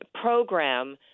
program